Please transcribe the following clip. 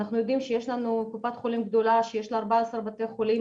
אנחנו יודעים שיש לנו קופת חולים גדולה שמונה בתוכה 14 בתי חולים